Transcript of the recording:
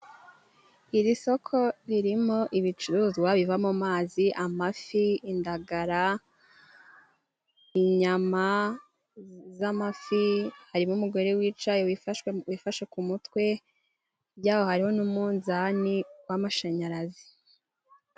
Iri soko ririmo ibicuruzwa biva mu mazi. Amafi, indagara, inyama z'amafi hari n'umugore wicaye wifashe ku mutwe, hirya hariho n'umunzani w'amashanyarazi.